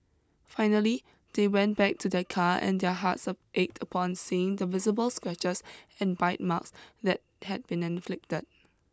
finally they went back to their car and their hearts ached upon seeing the visible scratches and bite marks that had been inflicted